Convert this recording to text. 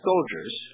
Soldiers